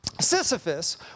Sisyphus